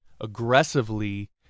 aggressively